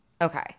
Okay